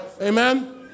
Amen